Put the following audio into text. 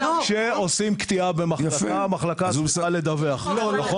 כשעושים קטיעה במחלקה המחלקה צריכה לדווח.